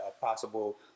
possible